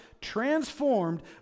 transformed